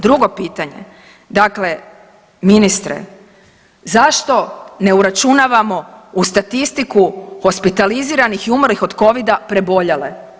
Drugo pitanje, dakle ministre zašto ne uračunavamo u statistiku hospitaliziranih i umrlih od covida preboljele?